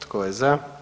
Tko je za?